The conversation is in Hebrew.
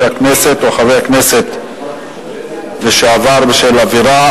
הכנסת ומחבר הכנסת לשעבר בשל עבירה,